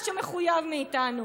ומה שמחויב מאיתנו.